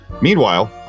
Meanwhile